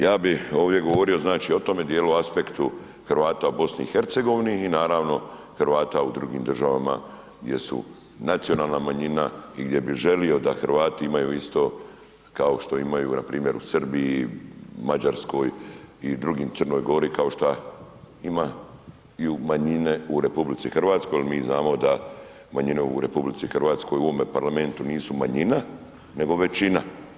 Ja bih ovdje govorio znači o tome dijelu, aspektu Hrvata u Bosni i Hercegovini i naravno Hrvata u drugim državama gdje su nacionalna manjina i gdje bih želio da Hrvati imaju isto kao što imaju npr. u Srbiji, Mađarskoj i drugim, Crnoj Gori, kao što imaju manjine u RH jer mi znamo da manjine u RH u ovome Parlamentu nisu manjina nego većina.